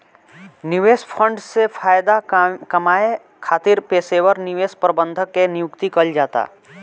निवेश फंड से फायदा कामये खातिर पेशेवर निवेश प्रबंधक के नियुक्ति कईल जाता